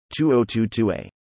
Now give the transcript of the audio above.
2022a